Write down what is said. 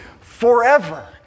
forever